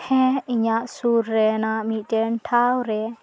ᱦᱮᱸ ᱤᱧᱟᱹᱜ ᱥᱩᱨ ᱨᱮᱱᱟᱜ ᱢᱤᱫᱴᱮᱱ ᱴᱷᱟᱶ ᱨᱮ